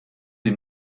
des